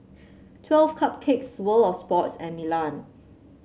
Twelve Cupcakes World Of Sports and Milan